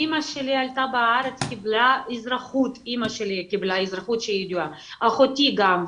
אמא שלי הייתה בארץ קיבלה אזרחות שהיא יהודייה ואחותי גם,